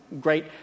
great